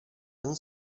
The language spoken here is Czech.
ani